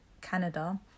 Canada